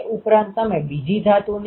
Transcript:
એટલે કે ૦નો આની સાથેનો ગુણાકાર છે